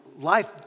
Life